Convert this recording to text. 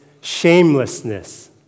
shamelessness